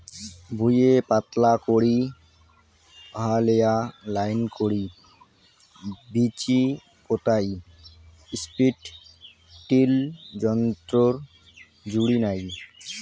ভুঁইয়ে পাতলা করি হালেয়া লাইন করি বীচি পোতাই স্ট্রিপ টিল যন্ত্রর জুড়ি নাই